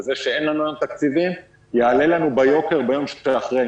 זה שהיום אין לנו תקציבים יעלה לנו ביוקר ביום שאחרי.